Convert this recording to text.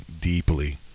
deeply